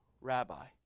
rabbi